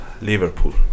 Liverpool